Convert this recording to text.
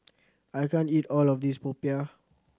I can't eat all of this popiah